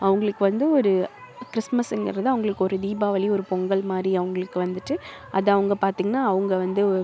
அவங்களுக்கு வந்து ஒரு கிறிஸ்மஸுங்கிறது அவங்களுக்கு ஒரு தீபாவளி ஒரு பொங்கல் மாதிரி அவங்களுக்கு வந்துட்டு அது அவங்க பார்த்திங்கனா அவங்க வந்து ஒ